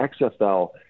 XFL